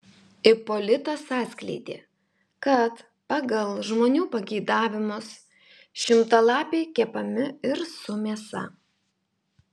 ipolitas atskleidė kad pagal žmonių pageidavimus šimtalapiai kepami ir su mėsa